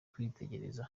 kwitegereza